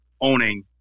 owning